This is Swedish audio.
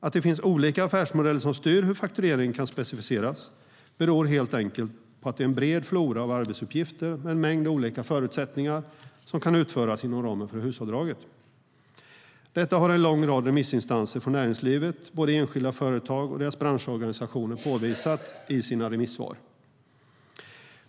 Att det finns olika affärsmodeller som styr hur faktureringen kan specificeras beror helt enkelt på att det är en bred flora av arbetsuppgifter med en mängd olika förutsättningar som kan utföras inom ramen för HUS-avdraget. Detta har en lång rad remissinstanser från näringslivet, både enskilda företag och deras branschorganisationer, påpekat i sina remissvar.